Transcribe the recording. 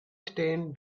stain